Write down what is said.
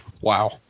Wow